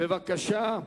בבקשה.